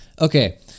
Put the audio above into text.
Okay